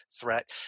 threat